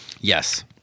Yes